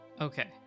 okay